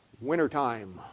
Wintertime